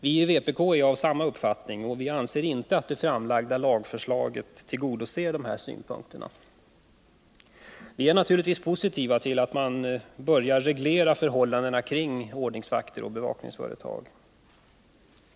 Vi i vpk är av samma uppfattning, och vi anser inte att det framlagda lagförslaget tillgodoser dessa synpunkter. Vi är naturligtvis positiva till att man börjar reglera förhållandena kring ordningsvakter och bevakningsföretag.